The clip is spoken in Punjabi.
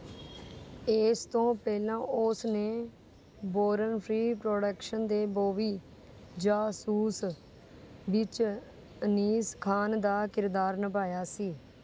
ਇਸ ਤੋਂ ਪਹਿਲਾਂ ਉਸ ਨੇ ਬੋਰਨ ਫ੍ਰੀ ਪ੍ਰੋਡਕਸ਼ਨ ਦੇ ਬੌਬੀ ਜਾਸੂਸ ਵਿੱਚ ਅਨੀਸ ਖਾਨ ਦਾ ਕਿਰਦਾਰ ਨਿਭਾਇਆ ਸੀ